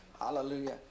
hallelujah